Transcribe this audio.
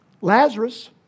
Lazarus